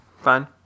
fine